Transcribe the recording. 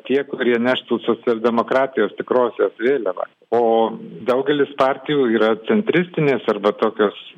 tie kurie neštų socialdemokratijos tikrosios vėliavą o daugelis partijų yra centristinės arba tokios